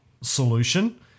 solution